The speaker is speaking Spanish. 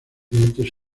dientes